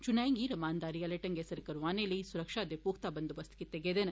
चुनाए गी रमानदारी आले ढंगै सिर करौआने लेई सुरक्षा दे पुख्ता बंदोवस्त कीते गेदे न